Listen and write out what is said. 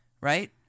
Right